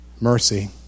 Mercy